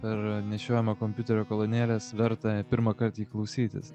per nešiojamo kompiuterio kolonėles verta pirmąkart jį klausytis